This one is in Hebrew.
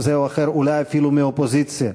זה או אחר, אולי אפילו מהאופוזיציה,